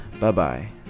Bye-bye